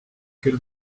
küll